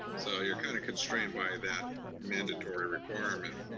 so you're kinda constrained by that mandatory requirement,